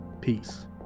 Peace